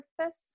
surface